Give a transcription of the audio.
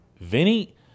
Vinny